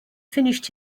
finished